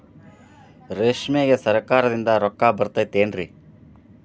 ರೇಷ್ಮೆಗೆ ಸರಕಾರದಿಂದ ರೊಕ್ಕ ಬರತೈತೇನ್ರಿ?